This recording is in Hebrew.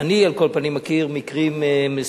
שאני על כל פנים מכיר מקרים מסוימים,